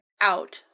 out